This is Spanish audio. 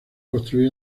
construir